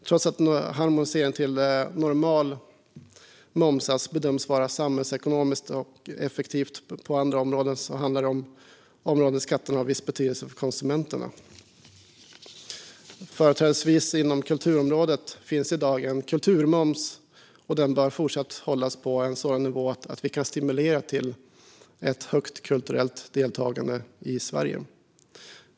Trots att en harmonisering till normal momssats bedöms vara samhällsekonomiskt effektivt på andra områden handlar detta om områden där skatten har viss betydelse för konsumenterna. Företrädesvis inom kulturområdet finns i dag en kulturmoms, och den bör fortsatt hållas på en sådan nivå att vi kan stimulera till ett högt kulturellt deltagande i Sverige.